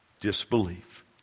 disbelief